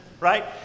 Right